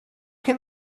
can